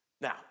Now